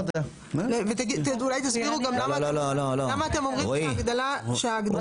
אולי תסבירו גם למה אתם אומרים שההגדלה בעלות